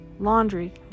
laundry